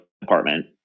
Department